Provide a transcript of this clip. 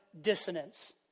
dissonance